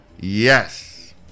Yes